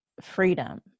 freedom